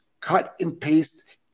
cut-and-paste